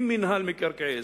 אם מינהל מקרקעי ישראל,